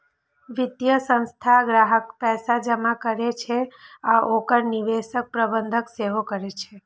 वित्तीय संस्थान ग्राहकक पैसा जमा करै छै आ ओकर निवेशक प्रबंधन सेहो करै छै